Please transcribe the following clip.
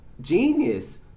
genius